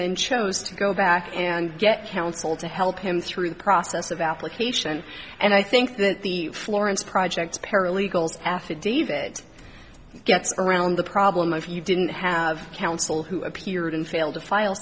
then chose to go back and get counsel to help him through the process of application and i think that the florence project paralegals affidavit gets around the problem if you didn't have counsel who appeared and failed to file